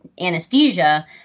anesthesia